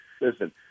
listen